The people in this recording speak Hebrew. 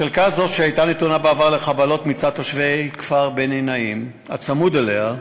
חלקה זו הייתה נתונה בעבר לחבלות מצד תושבי הכפר בני-נעים הצמוד אליה.